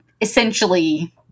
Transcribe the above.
essentially